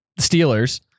Steelers